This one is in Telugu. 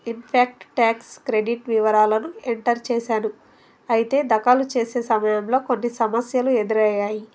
ఇన్ఫ్యాక్ట్ ట్యాక్స్ క్రెడిట్ వివరాలను ఎంటర్ చేసాను అయితే దాఖలు చేసే సమయంలో కొన్ని సమస్యలు ఎదురయ్యాయి